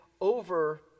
over